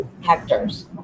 hectares